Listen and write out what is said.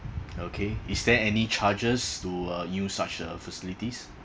okay is there any charges to uh use such uh facilities